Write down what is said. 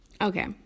Okay